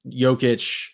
Jokic